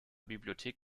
bibliothek